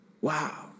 Wow